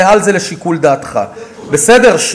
מעל זה לשיקול דעתך, איפה, בסדר?